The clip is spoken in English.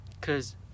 cause